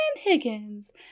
Higgins